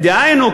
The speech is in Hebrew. דהיינו,